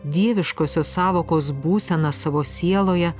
dieviškosios sąvokos būseną savo sieloje